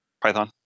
Python